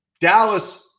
Dallas